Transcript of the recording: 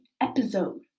Episode